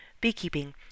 beekeeping